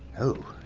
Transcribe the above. oh.